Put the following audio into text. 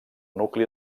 nucli